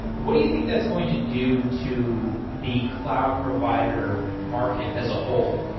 what do you think that's going to do to the cloud provider market as a whole?